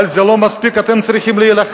אבל זה לא מספיק, אתם צריכים להילחם.